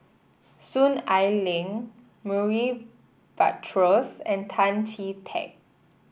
Soon Ai Ling Murray Buttrose and Tan Chee Teck